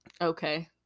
okay